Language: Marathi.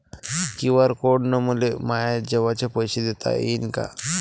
क्यू.आर कोड न मले माये जेवाचे पैसे देता येईन का?